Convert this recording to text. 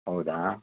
ಹೌದಾ